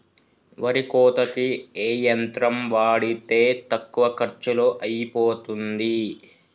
వరి కోతకి ఏ యంత్రం వాడితే తక్కువ ఖర్చులో అయిపోతుంది?